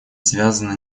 связана